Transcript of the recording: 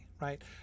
right